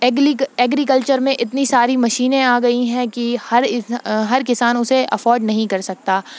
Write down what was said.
eagerly agriculture میں اتنی ساری مشینیں آ گئی ہیں کہ ہر از ہر کسان اسے افورڈ نہیں کر سکتا